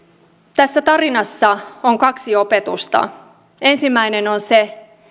tässä tarinassa on kaksi opetusta ensimmäinen on se